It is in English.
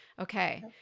Okay